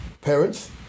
Parents